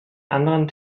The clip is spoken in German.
anderen